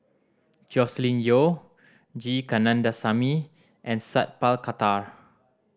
Joscelin Yeo G Kandasamy and Sat Pal Khattar